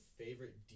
favorite